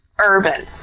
urban